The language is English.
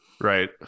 Right